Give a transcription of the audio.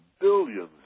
billions